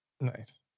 Nice